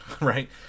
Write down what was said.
right